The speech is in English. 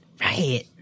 Right